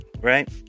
right